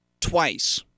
twice